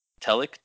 Telic